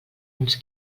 uns